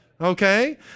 okay